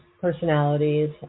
personalities